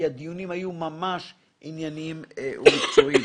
הדיונים היו ממש ענייניים ומקצועיים.